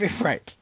Right